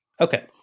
Okay